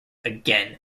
again